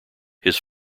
his